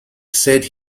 said